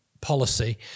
policy